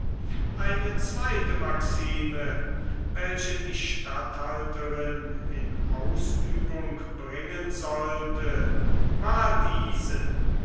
eine zweite maxime welche die statthalterin in ausübung bringen sollte war diese